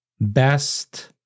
best